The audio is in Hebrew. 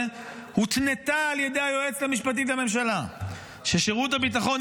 הותנתה על ידי היועצת המשפטית לממשלה ששירות הביטחון,